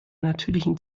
natürlichen